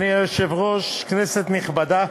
אדוני היושב-ראש, כנסת נכבדה,